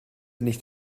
nicht